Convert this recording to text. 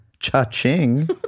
Cha-ching